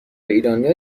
ایرانیا